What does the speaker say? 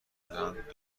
میشدند